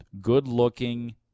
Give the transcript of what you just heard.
Good-looking